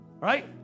right